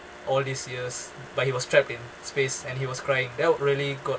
all these years but he was trapped in space and he was crying that was really got